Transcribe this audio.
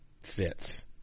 fits